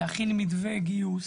להכין מתווה גיוס